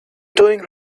doing